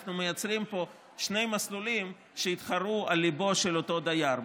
אנחנו מייצרים פה שני מסלולים שיתחרו על ליבו של אותו דייר.